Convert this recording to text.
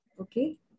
Okay